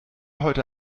heute